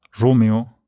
Romeo